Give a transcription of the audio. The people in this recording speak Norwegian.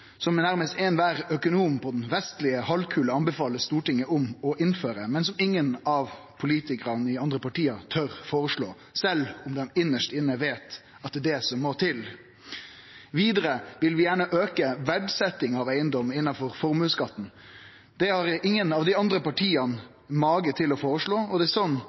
som nesten kvar økonom på den vestlege halvkula anbefaler Stortinget å innføre, men som ingen av politikarane i dei andre partia tør å føreslå, sjølv om dei inst inne veit at det må til. Vidare vil vi gjerne auke verdsetjinga av eigedom innanfor formuesskatten. Det har ingen av dei andre partia mage til å føreslå, og dersom man vil likebehandle formuesobjekt og eigedom, er